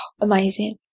Amazing